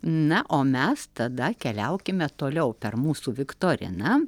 na o mes tada keliaukime toliau per mūsų viktoriną